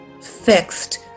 fixed